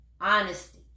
honesty